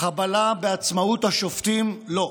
חבלה בעצמאות השופטים, לא.